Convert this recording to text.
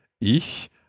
ich